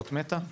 אות מתה?